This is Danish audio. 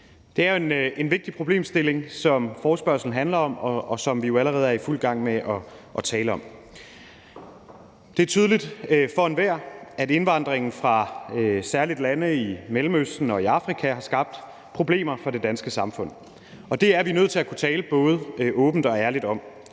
Det er jo en vigtig problemstilling, som forespørgslen handler om, og som vi jo allerede er i fuld gang med at tale om. Det er tydeligt for enhver, at indvandringen fra særlig lande i Mellemøsten og Afrika har skabt problemer for det danske samfund, og det er vi nødt til at kunne tale både åbent og ærligt om.